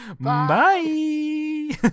Bye